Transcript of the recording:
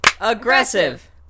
Aggressive